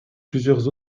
plusieurs